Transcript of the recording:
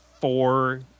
four